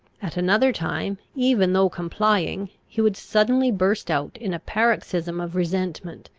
at another time, even though complying, he would suddenly burst out in a paroxysm of resentment.